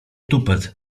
tupet